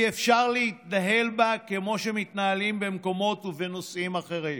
אי-אפשר להתנהל בה כמו שמתנהלים במקומות ובנושאים אחרים.